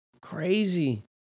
Crazy